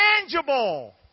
tangible